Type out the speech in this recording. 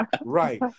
right